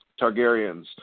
Targaryens